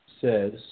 says